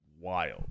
Wild